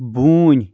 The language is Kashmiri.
بوٗنۍ